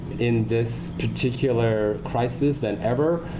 in this particular crisis than ever.